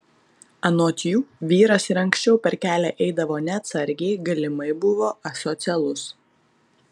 anot jų vyras ir anksčiau per kelią eidavo neatsargiai galimai buvo asocialus